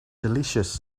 delicious